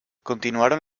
continuaron